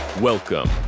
Welcome